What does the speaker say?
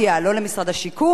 לא למשרד השיכון,